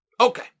Okay